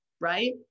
right